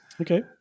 Okay